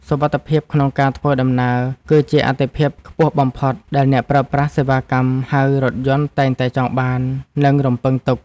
សុវត្ថិភាពក្នុងការធ្វើដំណើរ គឺជាអាទិភាពខ្ពស់បំផុតដែលអ្នកប្រើប្រាស់សេវាកម្មហៅរថយន្តតែងតែចង់បាន និងរំពឹងទុក។